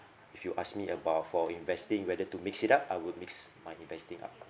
if you ask me about for investing whether to mix it up I would mix my investing up